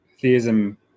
theism